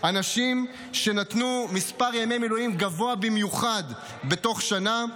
אנשים שנתנו מספר ימי מילואים גבוה במיוחד בתוך שנה.